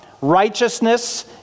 righteousness